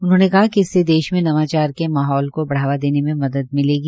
उन्होंने कहा कि इससे देश में नवाचार के माहौल को बढ़ावा देने में मदद मिलेगी